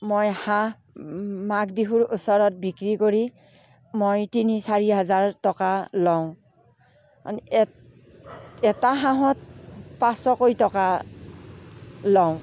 মই হাঁহ মাঘ বিহুৰ ওচৰত বিক্ৰী কৰি মই তিনি চাৰি হাজাৰ টকা লওঁ এট এটা হাঁহত পাঁচশকৈ টকা লওঁ